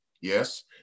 Yes